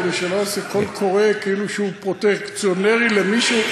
כדי שלא נעשה קול קורא כאילו שהוא פרוטקציונרי למישהו.